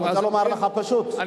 לומר לך פשוט, אתה לא מקבל?